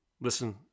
Listen